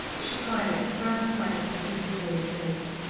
she cried, at the first sight of the superior's face.